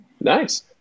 nice